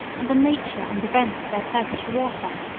and the nature and event of their turkish warfare,